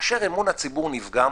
כאשר אמון הציבור נפגם,